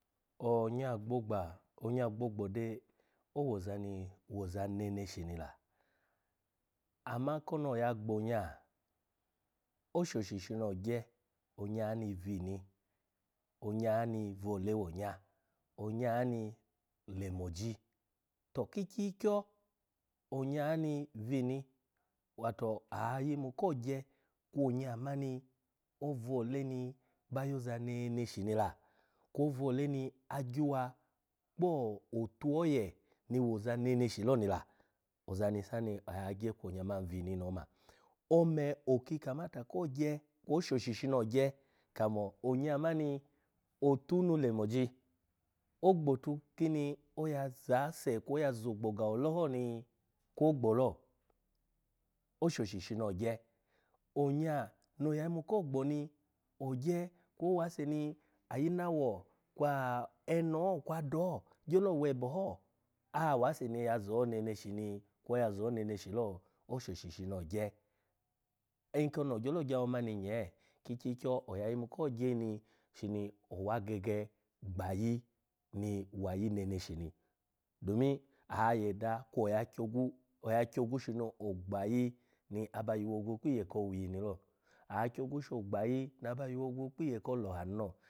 Onya gbogba, onya gbogbo dai owoza ni owoza neneshi ni la. Ama kuno oya gbo onya, oshoshi shino ogye onya ni vini, onya ni vole wonya, onya ni lemoji. To ki ikyikyo onya ni vini wato ayimu kogye kwo onya mani ovole ni ba yoza neneshi ni la kwo ovole ni agyuwa kpo otu oye ni woza neneshi lo ni la, oza ni sa ni agye kwo oza man vini no oma, ome oki kamata ko ogye kwo oshoshi kogye kamo onya mani otu nu lemoji? Ogbotu kini oya za ase kwo oya zo ogboga ole ho ni kwo oya ze lo? Oshoshi shino ogye, onya no oya yimu ko gbo ni ogye kwo owase ni ayinawo kwa eno ho kwa ada ho gyolowebe ho awase ni ya zo neneshi ni kwo oya zo neneshi lo oshoshi shino ogye, nkono ogyolo gya awo mani nyee ki ikyikyo oya yimu kogye shini owa gege gbayi ni wayi nene shi ni domin oya yeda kwo oya kyogwu, oya kyogwu shini ogbayi ni aloa yuwo gwu kpi iye kowi ini lo, akyogwu sho gbayi na aba yuwogwu kpiye ki olaha ni lo.